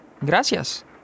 Gracias